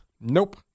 Nope